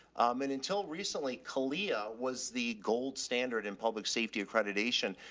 and until recently, kaleah was the gold standard in public safety accreditation.